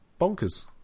bonkers